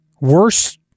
Worse